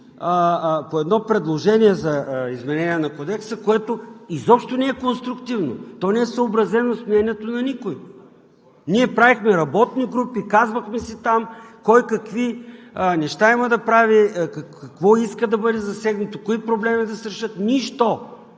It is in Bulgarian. по едно предложение за изменение на Кодекса, което изобщо не е конструктивно, не е съобразено с мнението на никой?! Ние правихме работни групи и там си казвахме кой какви неща има да прави, какво иска да бъде засегнато и кои проблеми да се решат – нищо!